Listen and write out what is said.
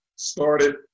started